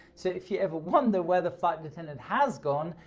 so if you ever wonder where the flight and attendant has gone,